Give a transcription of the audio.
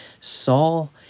Saul